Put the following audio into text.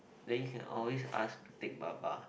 then you can always ask to take baba